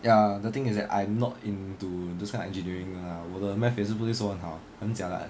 ya the thing is that I'm not into those kind of engineering lah 我的 math 也是不是说很好很 jialat